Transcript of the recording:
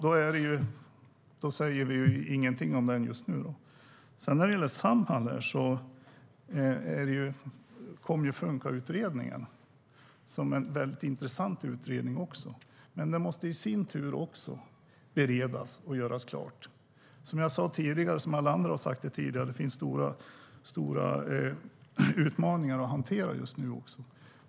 Då säger vi ingenting om den just nu. När det gäller Samhall kommer Funkautredningen. Den är också intressant, men den måste i sin tur beredas. Som jag sa tidigare och alla andra också har sagt finns det stora utmaningar att hantera just nu.